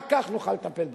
רק כך נוכל לטפל בהם.